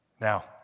Now